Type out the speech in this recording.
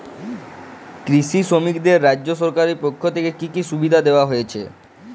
কৃষি শ্রমিকদের রাজ্য সরকারের পক্ষ থেকে কি কি সুবিধা দেওয়া হয়েছে?